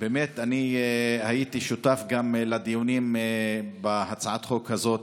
באמת אני הייתי שותף גם לדיונים בהצעת חוק כזאת